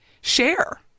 Share